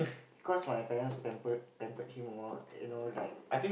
cause my parents pampered pampered him more you know like